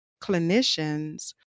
clinicians